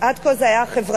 עד כה זה היה חברתי-כלכלי,